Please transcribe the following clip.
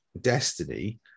Destiny